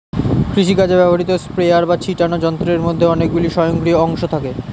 কৃষিকাজে ব্যবহৃত স্প্রেয়ার বা ছিটোনো যন্ত্রের মধ্যে অনেকগুলি স্বয়ংক্রিয় অংশ থাকে